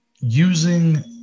using